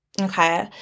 okay